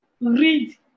read